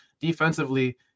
defensively